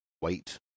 wait